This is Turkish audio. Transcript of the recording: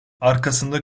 arkasında